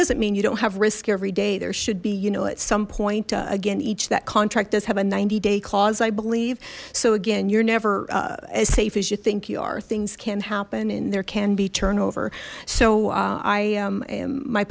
doesn't mean you don't have risk every day there should be you know at some point again each that contract does have a ninety day clause i believe so again you're never as safe as you think you are things can happen and there can be turnover so i am my